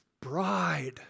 bride